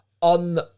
on